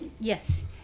Yes